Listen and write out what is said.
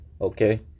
okay